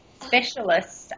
specialists